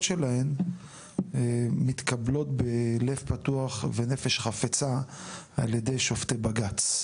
שלהן מתקבלות בלב פתוח ונפש חפצה על ידי שופטי בג"צ,